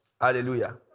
Hallelujah